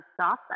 stop